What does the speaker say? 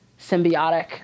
symbiotic